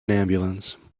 ambulance